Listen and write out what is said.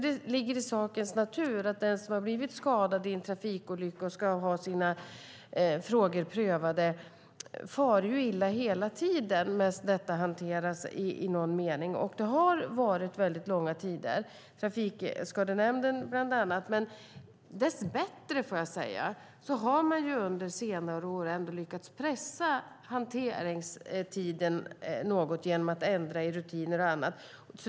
Det ligger ju i sakens natur att den som har blivit skadad i en trafikolycka och ska ha sina frågor prövade i någon mening far illa hela tiden medan detta hanteras. Det har varit väldigt långa tider i bland annat Trafikskadenämnden, men dess bättre har man under senare år ändå lyckats pressa hanteringstiden något genom att ändra i rutiner och annat.